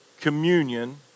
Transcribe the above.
communion